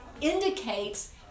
indicates